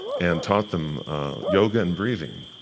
and taught them yoga and breathing.